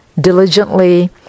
diligently